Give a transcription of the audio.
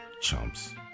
chumps